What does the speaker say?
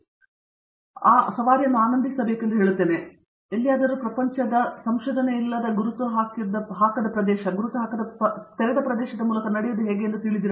ಮತ್ತು ನಾನು ಸವಾರಿ ಆನಂದಿಸಲು ಹೇಳುತ್ತೇನೆ ಮೂರನೇ ವ್ಯಕ್ತಿಗೆ ಯಾರೂ ಎಲ್ಲಿಯಾದರೂ ಪ್ರಪಂಚದ ಸಂಶೋಧನೆಯಿಲ್ಲದೆ ಗುರುತು ಹಾಕದ ಪ್ರದೇಶ ಗುರುತು ಹಾಕದ ತೆರೆದ ಪ್ರದೇಶದ ಮೂಲಕ ನಡೆಯುವುದು ನನಗೆ ತಿಳಿದಿದೆ